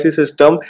system